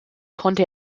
konnte